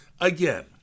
Again